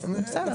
אז בסדר.